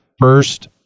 first